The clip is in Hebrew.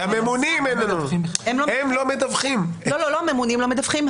לא הממונים לא מדווחים,